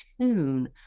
tune